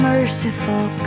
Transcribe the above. Merciful